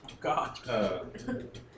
god